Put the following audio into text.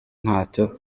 ntacyo